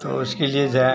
तो उसके लिए जाएँ